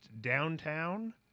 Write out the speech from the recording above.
downtown